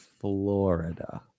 Florida